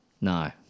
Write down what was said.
no